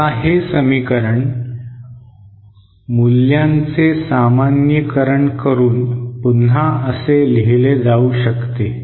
आता हे समीकरण मूल्यांचे सामान्यीकरण करून पुन्हा असे लिहिले जाऊ शकते